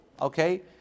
Okay